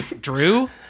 Drew